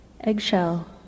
Eggshell